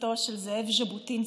תפיסתו של זאב ז'בוטינסקי.